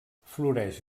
floreix